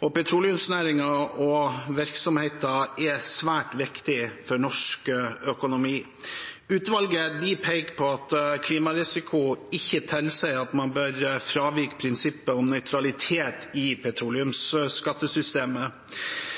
Petroleumsnæringen og -virksomheten er svært viktig for norsk økonomi. Utvalget peker på at klimarisiko ikke tilsier at man bør fravike prinsippet om nøytralitet i petroleumsskattesystemet.